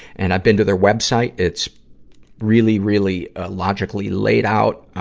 and i've been to their web site. it's really, really, ah, logically laid out.